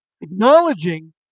Acknowledging